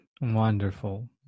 Wonderful